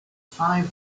five